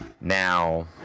Now